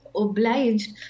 obliged